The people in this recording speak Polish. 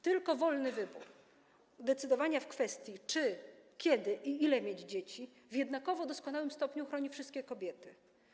Tylko wolny wybór, decydowanie w kwestii, czy, kiedy i ile chcą mieć dzieci, w jednakowo doskonałym stopniu chroni wszystkie kobiety.